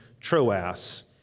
Troas